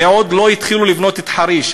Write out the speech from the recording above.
ועוד לא התחילו לבנות את חריש.